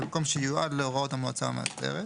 במיקום שייועד להוראות המועצה המאסדרת,